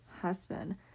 Husband